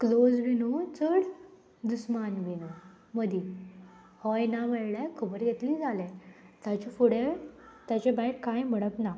close बी न्हू चड दुस्मान बी न्हू मदीं हय ना म्हणल्यार खबर घेतली जालें ताचे फुडें ताचे भायर कांय म्हणप ना